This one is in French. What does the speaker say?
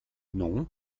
non